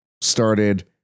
started